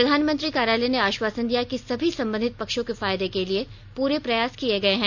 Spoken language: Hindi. प्रधानमंत्री कार्यालय ने आश्वासन दिया कि सभी संबंधित पक्षों के फायदे के लिए पूरे प्रयास किए गए हैं